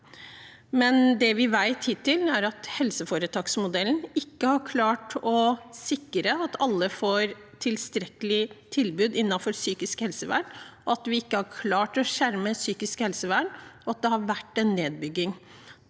Det vi vet hittil, er at helseforetaksmodellen ikke har klart å sikre at alle får et tilstrekkelig tilbud innenfor psykisk helsevern, at vi ikke har klart å skjerme psykisk helsevern, og at det har vært en nedbygging.